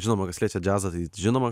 žinoma kas liečia džiazą tai žinoma